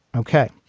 ok.